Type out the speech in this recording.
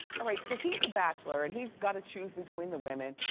ah right, so he's the bachelor, and he's gotta choose between the women.